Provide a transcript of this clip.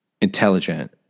intelligent